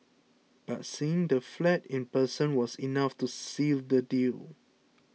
but seeing the flat in person was enough to seal the deal